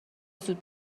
زود